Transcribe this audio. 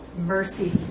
mercy